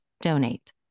donate